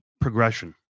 progression